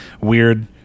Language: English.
weird